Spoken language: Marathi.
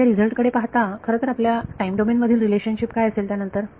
ह्याच्या रिझल्ट कडे पाहता खरंतर आपल्या टाइम डोमेन मधील रिलेशनशिप काय असेल त्यानंतर